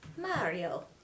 Mario